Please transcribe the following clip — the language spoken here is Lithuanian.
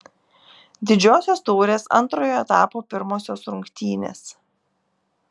didžiosios taurės antrojo etapo pirmosios rungtynės